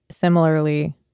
similarly